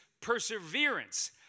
perseverance